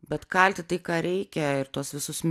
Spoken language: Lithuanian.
bet kalti tai ką reikia ir tuos visus